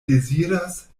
deziras